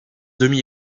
demi